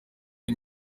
iyi